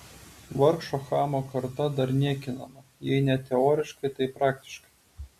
vargšo chamo karta dar niekinama jei ne teoriškai tai praktiškai